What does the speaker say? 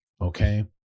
okay